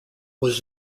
was